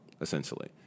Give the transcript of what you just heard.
essentially